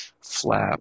flap